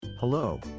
Hello